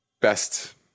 best